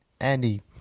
Andy